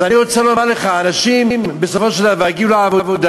אז אני רוצה לומר לך: אנשים בסופו של דבר יגיעו לעבודה,